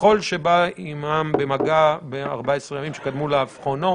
ככל שבא עמם במגע ב-14 הימים שקדמו לאבחונו.